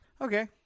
okay